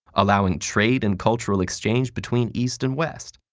allowing trade and cultural exchange between east and west,